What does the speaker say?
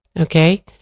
Okay